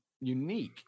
unique